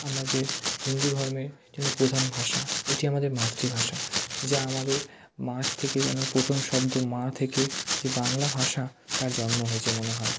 আমরা যে হিন্দু ধর্মের জন্য প্রধান ভাষা এটি আমাদের মাতৃভাষা যা আমাদের মার থেকে যেন প্রথম শব্দ মা থেকে যে বাংলা ভাষা তার জন্ম হয়েছে মনে হয়